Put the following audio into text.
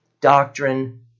doctrine